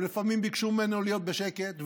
ולפעמים ביקשו ממנו להיות בשקט,